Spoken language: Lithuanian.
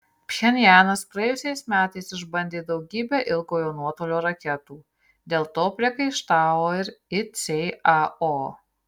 pchenjanas praėjusiais metais išbandė daugybę ilgojo nuotolio raketų dėl to priekaištavo ir icao